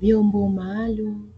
Vyombo maalumu